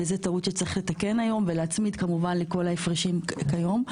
וזו טעות שצריך לתקן היום ולהצמיד לכל ההפרשים כיום.